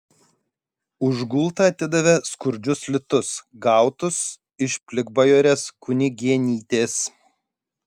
už gultą atidavė skurdžius litus gautus iš plikbajorės kunigėnytės